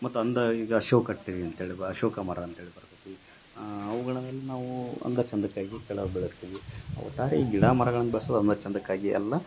ಮತ್ತು ಅಂದ ಈಗ ಅಶೋಕ ಟ್ರೀ ಅಂತೇಳಿ ಬಾ ಅಶೋಕ ಮರ ಅಂತೇಳಿ ಬರ್ತತ್ತಿ ಅವುಗಳನೆಲ್ಲ ನಾವು ಅಂದ ಚಂದಕ್ಕಾಗಿ ಕೆಲವು ಬೆಳೆಸ್ತೀವಿ ಒಟ್ಟಾರೆ ಈ ಗಿಡ ಮರಗಳನ್ನ ಬೆಳಸುದು ಅಂದ ಚಂದಕ್ಕಾಗಿ ಅಲ್ಲ